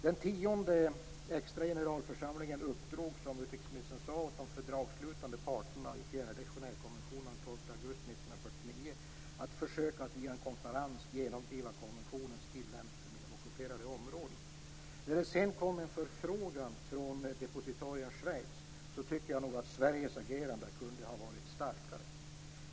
Den tionde extra generalförsamlingen uppdrog, som utrikesministern sade, åt de fördragsslutande parterna i den fjärde Genèvekonventionen av den 12 augusti 1949 att via en konferens försöka genomdriva konventionens tillämpning i de ockuperade områdena. När det sedan kom en förfrågan från depositarien Schweiz tycker jag nog att Sveriges agerande kunde ha varit starkare.